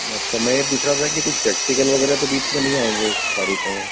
अच्छा मैं यह पूछ रहा था कि कुछ प्रैक्टिकल वग़ेरह तो बीच में नहीं आएँगे इन तारीख़ों में